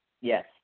yes